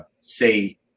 say